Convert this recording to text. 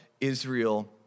Israel